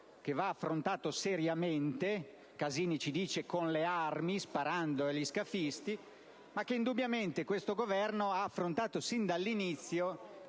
che va affrontato seriamente (l'onorevole Casini ci dice con le armi, sparando agli scafisti) e che, indubbiamente, questo Governo ha affrontato sin dall'inizio